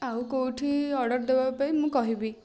ଆଉ କେଉଁଠି ଅର୍ଡ଼ର ଦେବା ପାଇଁ ମୁଁ କହିବି